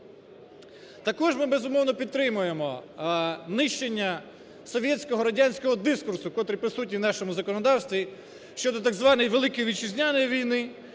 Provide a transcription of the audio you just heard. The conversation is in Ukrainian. Також ми, безумовно, підтримуємо нищення совєтсього, радянського дискурсу, котрий присутній у нашому законодавстві, щодо так званої Великої Вітчизняної війни,